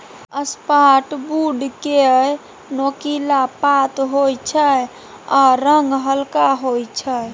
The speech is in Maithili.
साफ्टबुड केँ नोकीला पात होइ छै आ रंग हल्का होइ छै